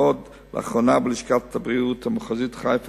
לאחרונה הוקם בלשכת הבריאות המחוזית חיפה